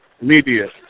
media